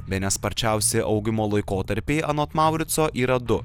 bene sparčiausi augimo laikotarpiai anot maurico yra du